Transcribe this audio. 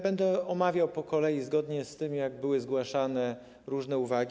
Będę omawiał po kolei, zgodnie z tym, jak były zgłaszane różne uwagi.